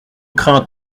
craintes